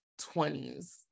20s